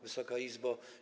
Wysoka Izbo!